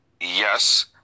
yes